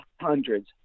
hundreds